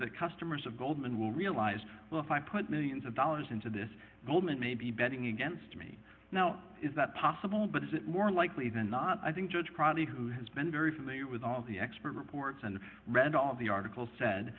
the customers of goldman will realize well if i put millions of dollars into this goldman may be betting against me now is that possible but is it more likely than not i think judge probably who has been very familiar with all the expert reports and read all of the article said